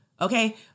Okay